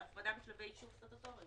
כי ההפרדה בשלבי אישור סטטוטוריים.